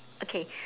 okay